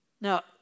Now